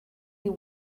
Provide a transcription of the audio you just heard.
you